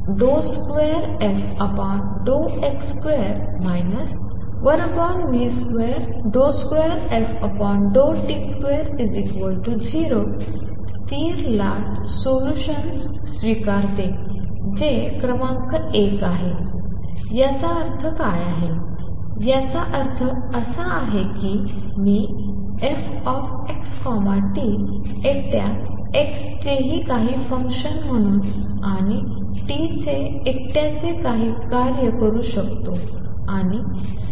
तर 2fx2 1v22ft20 स्थिर लाट सोल्यूशन्स स्वीकारते जे क्रमांक 1 आहे याचा अर्थ काय आहे याचा अर्थ असा की मी f x t एकट्या x चे काही फंक्शन म्हणून आणि t चे एकट्याचे काही कार्य करू शकतो आणि